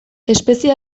espezie